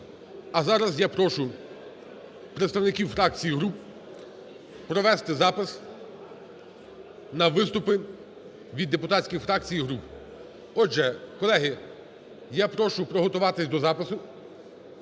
А зараз я прошу представників фракцій і груп провести запис на виступи від депутатських фракцій і груп. Отже, колеги, я прошу приготуватись до запису